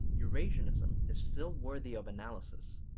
eurasianism is still worthy of analysis.